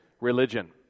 religion